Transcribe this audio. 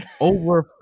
over